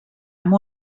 amb